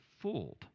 fooled